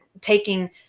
taking